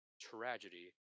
Tragedy